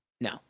No